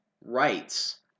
rights